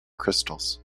crystals